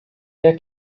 der